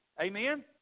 Amen